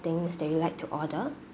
things that you would like to order